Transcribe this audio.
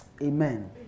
Amen